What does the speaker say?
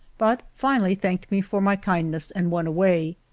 but finally thanked me for my kindness and went away.